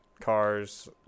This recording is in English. cars